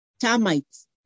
termites